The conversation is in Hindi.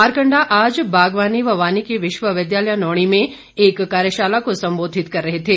मारकंडा आज बागवानी व वानिकी विश्वविद्यालय नौणी में एक कार्यशाला को संबोधित कर रहे थे